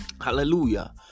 Hallelujah